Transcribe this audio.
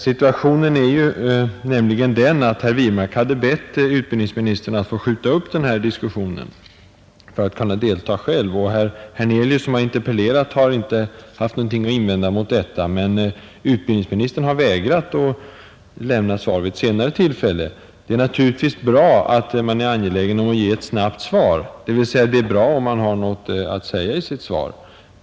Situationen är nämligen den att herr Wirmark hade bett utbildningsministern att få skjuta upp denna diskussion för att han själv skulle kunna delta. Herr Hernelius, som har interpellerat, har inte haft någonting att invända mot detta. Men utbildningsministern har vägrat att lämna sitt svar vid ett senare tillfälle. Det är naturligtvis bra att man är angelägen att ge ett snabbt svar, dvs. det är bra om man har något att säga i sitt svar.